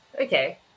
Okay